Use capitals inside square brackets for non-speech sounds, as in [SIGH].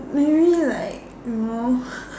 maybe like you know [LAUGHS]